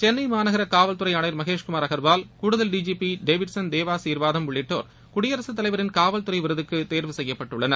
சென்னை மாநகர காவல்துறை ஆணையா் மகேஷ்குமாா் அகா்வால் கூடுதல் D G P Davidson Devasirvatham உள்ளிட்டோர் குடியரசுத்தலைவரின் காவல்துறை விருதுக்கு தேர்வு செய்யப்பட்டுள்ளனர்